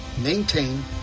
maintain